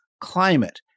climate